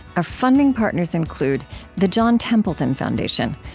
our funding partners include the john templeton foundation.